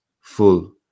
full